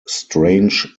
strange